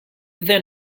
then